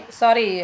sorry